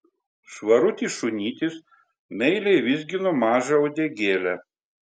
švarutis šunytis meiliai vizgino mažą uodegėlę